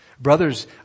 Brothers